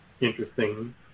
interesting